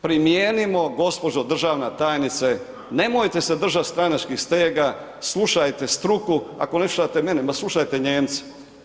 Primijenimo gospođo državna tajnice, nemojte se držati stranačkih stega, slušajte struku, ako ne slušate mene, ma slušajte Nijemce.